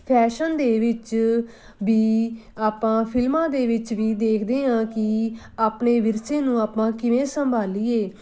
fashion ਦੇ ਵਿੱਚ ਵੀ ਆਪਾਂ ਫਿਲਮਾਂ ਦੇ ਵਿੱਚ ਵੀ ਦੇਖਦੇ ਹਾਂ ਕਿ ਆਪਣੇ ਵਿਰਸੇ ਨੂੰ ਆਪਾਂ ਕਿਵੇਂ ਸੰਭਾਲੀਏ